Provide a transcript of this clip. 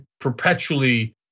perpetually